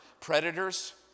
predators